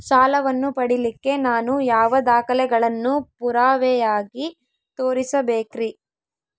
ಸಾಲವನ್ನು ಪಡಿಲಿಕ್ಕೆ ನಾನು ಯಾವ ದಾಖಲೆಗಳನ್ನು ಪುರಾವೆಯಾಗಿ ತೋರಿಸಬೇಕ್ರಿ?